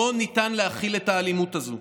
לא ניתן להכיל את האלימות הזאת.